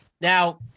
Now